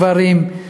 גברים,